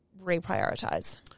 reprioritize